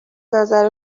نظر